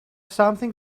something